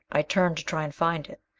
i turned to try and find it.